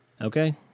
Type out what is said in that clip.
okay